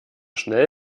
schnell